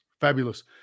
Fabulous